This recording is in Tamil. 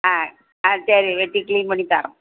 ஆ ஆ சரி வெட்டி க்ளீன் பண்ணித்தாரோம்